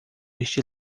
este